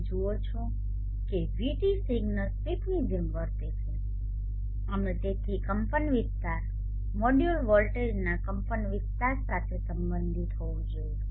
તમે જુઓ છો કે વીટી સિગ્નલ સ્વીપની જેમ વર્તે છે અને તેથી કંપનવિસ્તાર મોડ્યુલ વોલ્ટેજના કંપનવિસ્તાર સાથે સંબંધિત હોવું જોઈએ